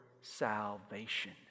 salvation